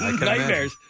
Nightmares